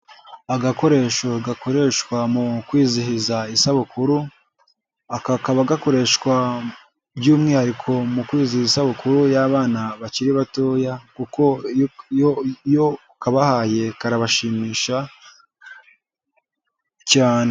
Agakoresho gakoreshwa mu kwizihiza isabukuru aka kaba gakoreshwa by'umwihariko mu kwizihiza isabukuru y'abana bakiri batoya kuko iyo kabahaye karabashimisha cyane.